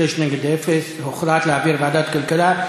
שישה נגד אפס, הוחלט להעביר לוועדת הכלכלה.